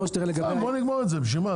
בוא נגמור את זה בשביל מה,